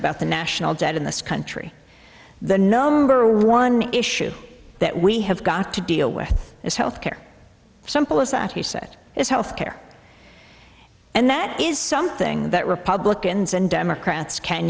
about the national debt in this country the number one issue that we have got to deal with is health care simple as that he said is health care and that is something that republicans and democrats can